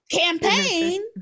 campaign